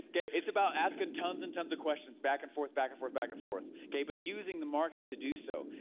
ah okay, it's about asking tons and tons of questions, back and forth, back and forth, back and forth, okay, but using the market to do so,